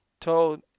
told